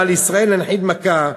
ועל ישראל להנחית מכה.